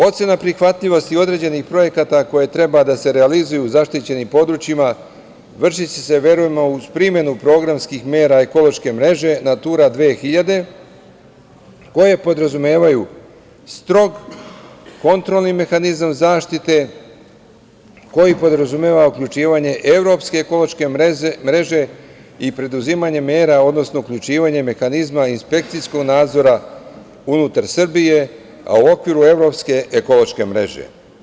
Ocena prihvatljivosti određenih projekata koji treba da se realizuju u zaštićenim područjima vršiće se, verujemo, uz primenu programskih mera Ekološke mreže „Natura 2000“, koje podrazumevaju strog kontrolni mehanizam zaštite koji podrazumeva uključivanje Evropske ekološke mreže i preduzimanje mera, odnosno uključivanje mehanizma inspekcijskog nadzora unutar Srbije, a u okviru Evropske ekološke mreže.